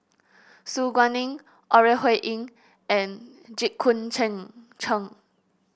Su Guaning Ore Huiying and Jit Koon Ch'ng